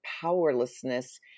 powerlessness